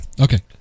Okay